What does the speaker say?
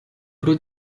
pro